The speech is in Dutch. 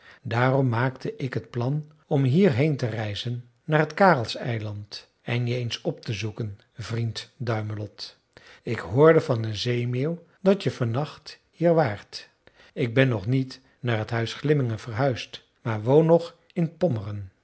daarom maakte ik het plan om hier heen te reizen naar t karelseiland en je eens op te zoeken vriend duimelot ik hoorde van een zeemeeuw dat je van nacht hier waart ik ben nog niet naar t huis glimmingen verhuisd maar woon nog in pommeren